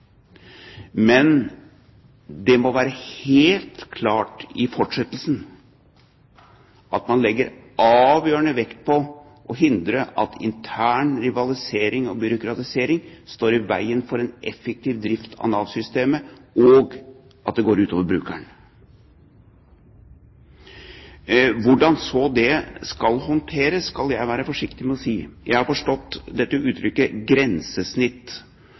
Men det må være helt klart i fortsettelsen at man legger avgjørende vekt på å hindre at intern rivalisering og byråkratisering står i veien for en effektiv drift av Nav-systemet, og at det går ut over brukeren. Hvordan det så skal håndteres, skal jeg være forsiktig med å si. Jeg har forstått dette uttrykket